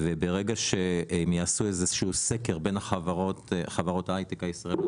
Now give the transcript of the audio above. וברגע שהם יעשו איזשהו סקר בין חברות ההייטק הישראליות